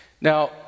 Now